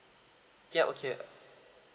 ya okay